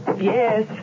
Yes